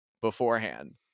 beforehand